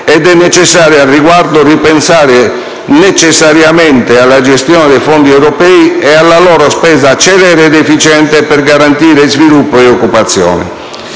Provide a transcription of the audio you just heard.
ed è fondamentale, al riguardo, ripensare necessariamente alla gestione dei fondi europei e alla loro spesa celere ed efficiente per garantire sviluppo e occupazione.